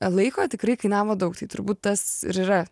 laiko tikrai kainavo daug tai turbūt tas ir yra